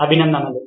అభినందనలు